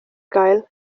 gael